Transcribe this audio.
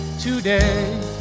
today